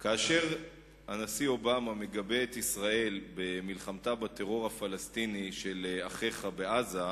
כאשר הוא מגבה את ישראל במלחמתה בטרור הפלסטיני של אחיך בעזה,